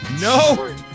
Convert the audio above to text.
No